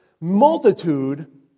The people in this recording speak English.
multitude